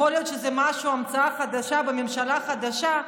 יכול להיות שזו המצאה חדשה בממשלה החדשה.